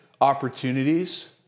opportunities